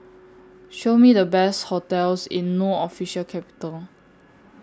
Show Me The Best hotels in No Official Capital